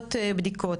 תוצאות בדיקות.